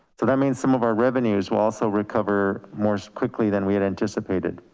so that means some of our revenues will also recover more quickly than we had anticipated.